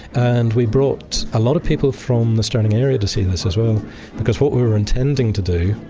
and we brought a lot of people from the stirling area to see this as well because what we were intending to do,